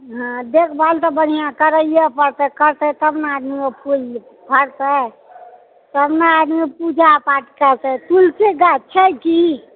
हँ देखभाल तऽ बढ़ियाॅं करइये पड़तै तब ने ओ फुल आर फड़तै तब ने आदमी पुजा पाठ करतै तुलसी गाछ छै की